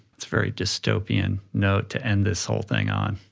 it's very dystopian note to end this whole thing on.